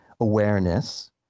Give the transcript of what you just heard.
awareness